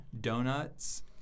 donuts